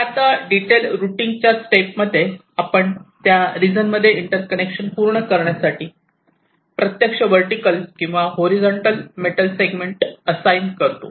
तर आता डिटेल रूटिंगच्या स्टेप मध्ये आपण त्या रिजन मध्ये इंटर कनेक्शन पूर्ण करण्यासाठी प्रत्यक्ष वर्टीकल किंवा हॉरिझॉन्टल मेटल सेगमेंट असाइन करतो